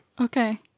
Okay